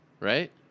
right